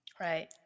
Right